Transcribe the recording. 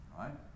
right